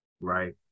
right